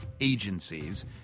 agencies